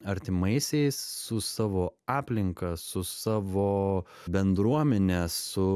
artimaisiais su savo aplinka su savo bendruomene su